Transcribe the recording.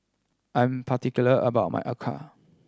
I'm particular about my acar